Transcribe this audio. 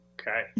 Okay